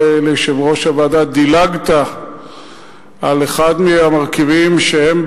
ליושב-ראש הוועדה: דילגת על אחד המרכיבים שהם,